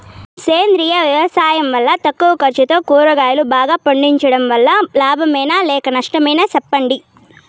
సేంద్రియ వ్యవసాయం వల్ల తక్కువ ఖర్చుతో కూరగాయలు బాగా పండించడం వల్ల లాభమేనా లేక నష్టమా సెప్పండి